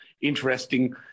interesting